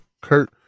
kurt